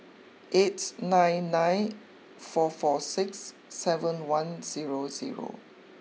eight nine nine four four six seven one zero zero